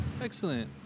Excellent